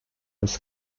his